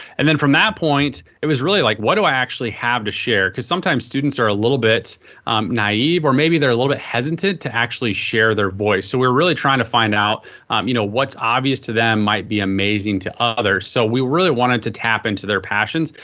and then from that point it was really like what do i actually have to share? because sometimes students are a little bit naive, or maybe they're a little bit hesitant to actually share their voice. so we're really trying to find out you know, what's obvious to them might be amazing to others. so we really wanted to tap into their passions.